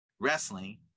wrestling